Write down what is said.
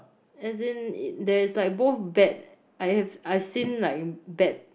as in there is like both bad I have I seen like bad